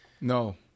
No